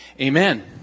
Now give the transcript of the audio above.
Amen